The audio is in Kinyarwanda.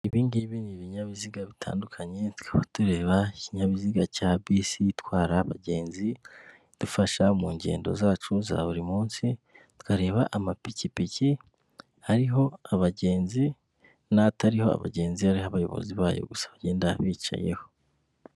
Ibi ngibi ni ibinyabiziga bitandukanye tukaba tureba ikinyabiziga cya bisi itwara abagenzi idufasha mu ngendo zacu za buri munsi, tukareba amapikipiki ariho abagenzi n'atariho abagenzi ariho abayobozi bayo gusa bagenda bicayeho.